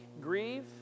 grieve